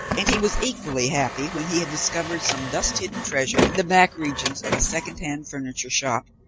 and he was equally happy when he had discovered some dust-hidden treasure in the back regions of a secondhand furniture shop,